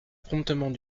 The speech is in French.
promptement